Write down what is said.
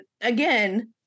again